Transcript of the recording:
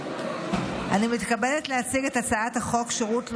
אני מתכבדת להציג את הצעת חוק שירות לאומי-אזרחי,